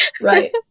right